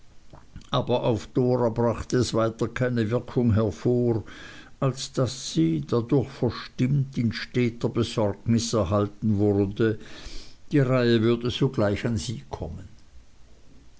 aber auf dora brachte es weiter keine wirkung hervor als daß sie dadurch verstimmt in steter besorgnis erhalten wurde die reihe würde sogleich an sie kommen